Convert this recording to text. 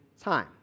time